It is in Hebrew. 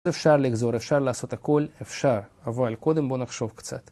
אפשר לגזור, אפשר לעשות הכל, אפשר, אבל קודם בוא נחשוב קצת